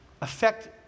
affect